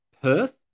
Perth